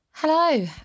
Hello